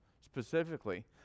specifically